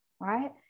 right